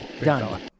Done